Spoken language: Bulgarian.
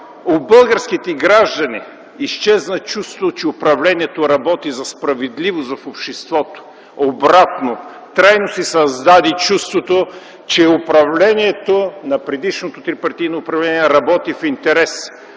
у българските граждани изчезна чувството, че управлението работи за справедливост в обществото? Обратно, трайно се създаде чувството, че управлението на предишното трипартийно управление работи в интерес